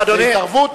זו התערבות.